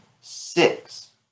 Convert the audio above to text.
six